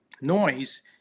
noise